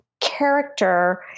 character